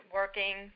working